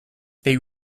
they